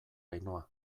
ainhoa